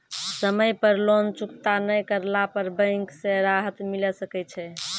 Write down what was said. समय पर लोन चुकता नैय करला पर बैंक से राहत मिले सकय छै?